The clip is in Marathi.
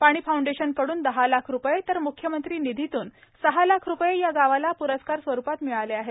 पाणी फाउंडेशन कडून दहा लाख रुपये तर मुख्यमंत्री निधीतून सहा लाख रुपये या गावाला प्रस्कार स्वरूपात मिळाले आहेत